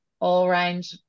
all-round